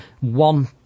one